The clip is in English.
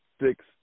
six